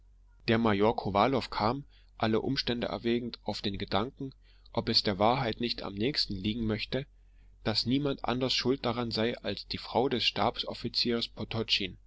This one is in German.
der major kowalow kam alle umstände erwägend auf den gedanken ob es der wahrheit nicht am nächsten liegen möchte daß niemand anders schuld daran sei als die frau des